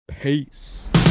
Peace